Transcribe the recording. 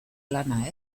lana